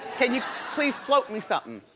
can you please float me something?